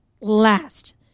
last